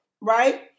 right